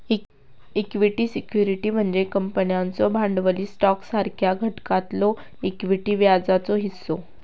equity security म्हणजे कंपन्यांचो भांडवली स्टॉकसारख्या घटकातलो इक्विटी व्याजाचो हिस्सो